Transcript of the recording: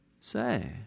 say